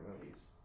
movies